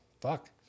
fuck